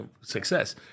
success